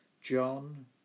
John